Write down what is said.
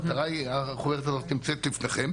החוברת הזאת נמצאת לפניכם,